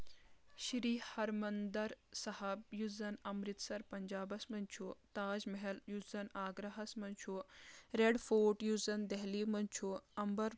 شری ہرمندر صحب یُس زن اَمرتسر پنجابس منٛز چھُ تاج محل یُس زن آگرہس منٛز چھُ ریڈ فوٹ یُس زن دہلی منٛز چھُ امبر